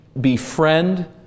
befriend